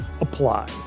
apply